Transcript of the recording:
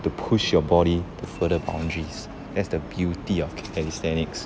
to push your body to further boundaries that's the beauty of calisthenics